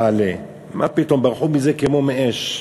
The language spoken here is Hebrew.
מה פתאום, ברחו מזה כמו מאש.